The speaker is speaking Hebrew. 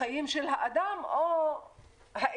החיים של האדם או האמת.